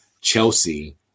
Chelsea